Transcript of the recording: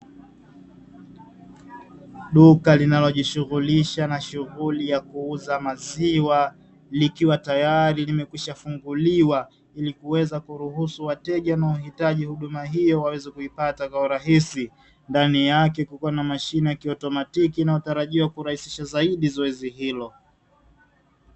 Duka linalojishughulisha na shughuli ya kuuza maziwa likiwa tayari limekwisha funguliwa ili kuweza kuruhusu wateja wanaohitaji huduma hiyo waweze kuipata kwa urahisi, ndani yake kulikuwa na mashine ya kitotomatiki inayotarajiwa kurahisisha zaidi zoezi hilo.